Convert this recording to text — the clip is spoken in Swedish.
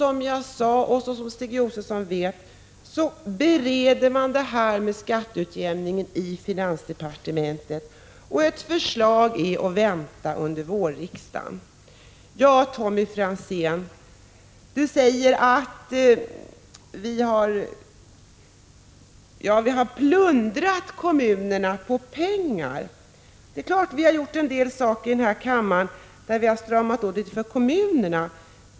Som jag sade, och som Stig Josefson vet, bereder man frågorna om skatteutjämning i finansdepartementet och ett förslag är att vänta under vårriksdagen. Tommy Franzén säger att vi har plundrat kommunerna på pengar. Det är klart att vi har gjort en del saker i denna kammare som har inneburit att vi har stramat åt för kommunerna.